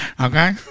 Okay